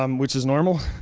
um which is normal.